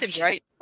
right